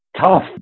tough